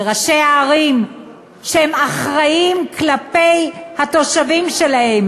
וראשי הערים שאחראים לתושבים שלהם